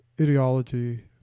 ideology